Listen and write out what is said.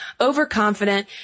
overconfident